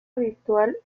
habitual